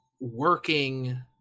working